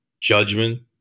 judgment